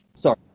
Sorry